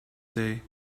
day